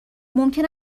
ممکن